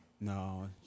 No